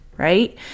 right